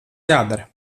jādara